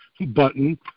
button